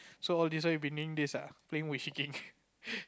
so all this while you have been doing this playing with chicken